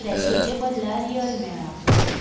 फ्रेशोचे बदला रियल मेळ्ळां